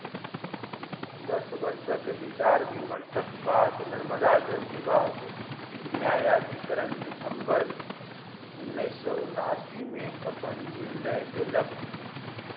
दस वर्षक विचार विमर्शक बाद नर्मदा जल विवाद न्यायाधिकरण दिसम्बर उन्नैस सए उनासीमे अपन निर्णय देलक